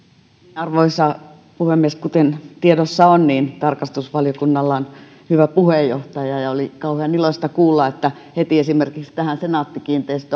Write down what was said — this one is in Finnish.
arvoisa puhemies kuten tiedossa on tarkastusvaliokunnalla on hyvä puheenjohtaja ja oli kauhean iloista kuulla että heti esimerkiksi tähän senaatti kiinteistöt